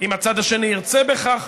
ואם הצד השני ירצה בכך,